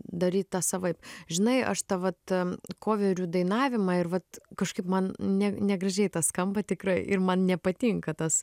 daryt tą savaip žinai aš tą vat koverių dainavimą ir vat kažkaip man ne negražiai tas skamba tikrai ir man nepatinka tas